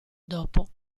dopo